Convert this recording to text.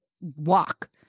walk